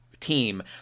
team